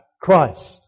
Christ